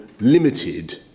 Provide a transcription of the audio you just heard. limited